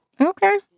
Okay